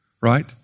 right